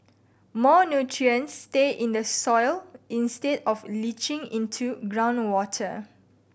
more nutrients stay in the soil instead of leaching into groundwater